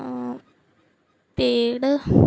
paid